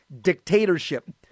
dictatorship